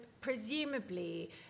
presumably